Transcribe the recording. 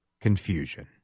confusion